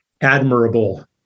admirable